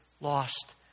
lost